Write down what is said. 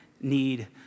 need